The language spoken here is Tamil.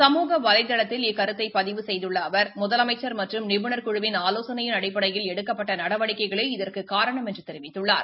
சமூக வலைதளத்தில் இக்கருத்தை பதிவு செய்துள்ள அவா் முதலமைச்சா் மற்றும் நிபுணா் குழுவின் ஆலோசனையின் அடிப்படையில் எடுக்கப்பட்ட நடவடிக்கைகளே இதற்குக் காரணம் என்று தெரிவித்துள்ளார்